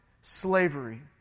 slavery